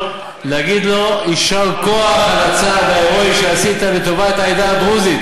להגיד לו: יישר כוח על הצעד ההירואי שעשית לטובת העדה הדרוזית.